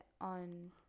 on